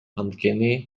анткени